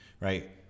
right